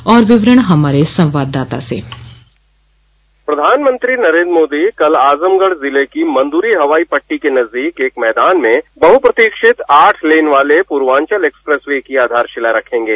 और विवरण हमारे संवाददाता से प्रधानमंत्री नरेन्द्र मोदी कल आजमगढ़ जिले की मंद्री हवाई पट्टी के नजदोक एक मैदान में बहुप्रतीक्षित आठ लेन वाले पूर्वाचल एक्सप्रेसवे की आधारशिला रखेंगे